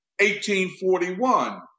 1841